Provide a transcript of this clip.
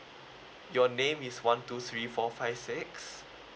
your name is one two three four five six